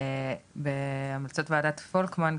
בהמלצות וועדת פולקמן,